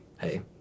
hey